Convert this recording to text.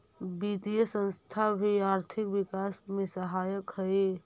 वित्तीय संस्थान भी आर्थिक विकास में सहायक हई